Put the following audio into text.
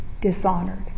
dishonored